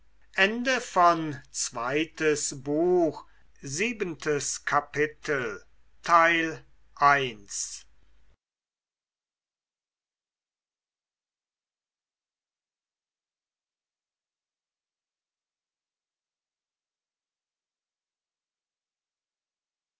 zweites buch erstes kapitel